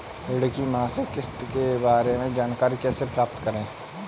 ऋण की मासिक किस्त के बारे में जानकारी कैसे प्राप्त करें?